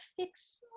fix